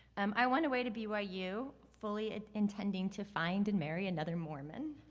um i went away to byu, fully intending to find and marry another mormon.